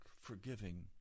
forgiving